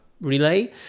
relay